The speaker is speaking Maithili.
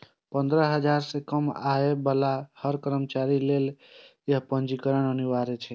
पंद्रह हजार सं कम आय बला हर कर्मचारी लेल अय मे पंजीकरण अनिवार्य छै